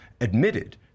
admitted